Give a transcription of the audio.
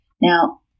Now